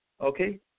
okay